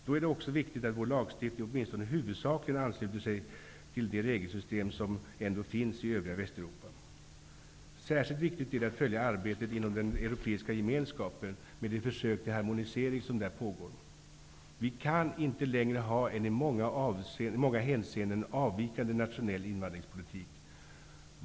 Då är det också viktigt att vår lagstiftning åtminstone huvudsakligen ansluter sig till det regelsystem som ändå finns i övriga Särskilt viktigt är det att följa arbetet inom den europeiska gemenskapen med de försök till harmonisering som där pågår. Vi kan inte längre ha en i många hänseenden avvikande nationell invandringspolitik.